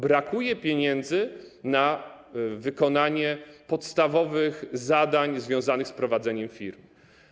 Brakuje pieniędzy na wykonanie podstawowych zadań związanych z prowadzeniem firmy.